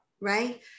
Right